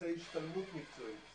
עושה השתלמות מקצועית,